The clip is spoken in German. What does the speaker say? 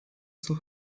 zur